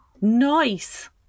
nice